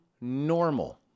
normal